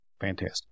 Fantastic